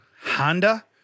Honda